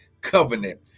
covenant